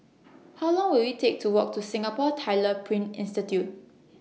How Long Will IT Take to Walk to Singapore Tyler Print Institute